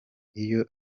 iyo